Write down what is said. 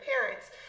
parents